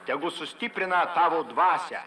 tegu sustiprina tavo dvasią